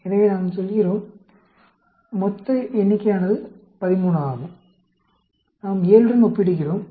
எனவே நாம் செல்கிறோம் மொத்த எண்ணிக்கையானது 13 ஆகும் நாம் 7 உடன் ஒப்பிடுகிறோம்